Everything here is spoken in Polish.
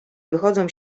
wychodzą